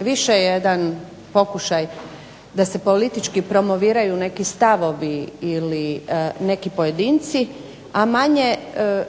više jedan pokušaj da se politički promoviraju neki stavovi ili neki pojedinci, a manje